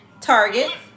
Target